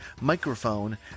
microphone